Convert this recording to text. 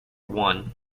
one